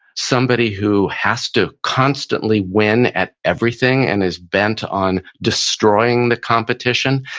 somebody who has to constantly win at everything and is bent on destroying the competition,